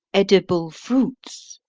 edible fruits?